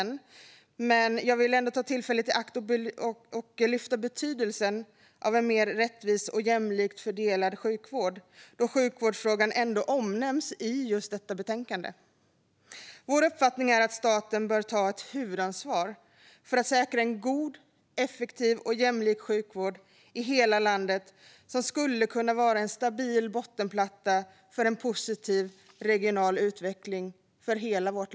Men då sjukvårdsfrågan ändå omnämns i betänkandet vill jag ta tillfället i akt och lyfta upp betydelsen av en mer rättvis och jämlikt fördelad sjukvård. Vår uppfattning är att staten bör ta ett huvudansvar för att säkra en god, effektiv och jämlik sjukvård i hela landet. Den skulle kunna vara en stabil bottenplatta för en positiv regional utveckling i hela Sverige.